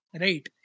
right